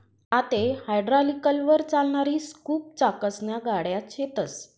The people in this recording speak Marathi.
आते हायड्रालिकलवर चालणारी स्कूप चाकसन्या गाड्या शेतस